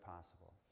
possible